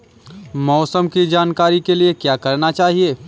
मौसम की जानकारी के लिए क्या करना चाहिए?